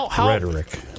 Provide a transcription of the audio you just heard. rhetoric